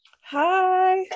Hi